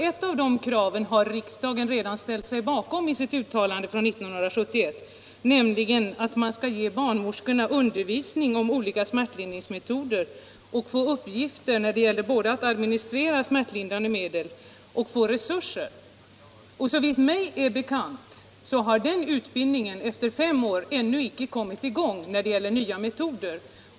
Ett av de kraven har riksdagen redan ställt sig bakom i sitt uttalande från 1971, nämligen att man skall ge barnmorskorna under visning om olika smärtlindrande metoder och ge dem resurser och uppgifter när det gäller att administrera smärtlindrande medel. Såvitt mig är bekant har den utbildningen efter fem år ännu icke kommit i gång när det gäller nya metoder.